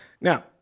Now